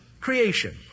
creation